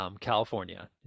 California